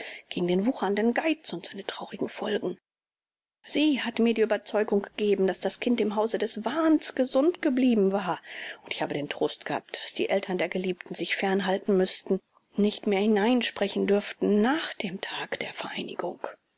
gegen den wuchernden geiz und seine traurigen folgen sie hat mir die überzeugung gegeben daß das kind im hause des wahns gesund geblieben war und ich habe den trost gehabt daß die eltern der geliebten sich fernhalten müßten nicht mehr hineinsprechen dürften nach dem tag der